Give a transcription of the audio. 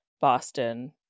Boston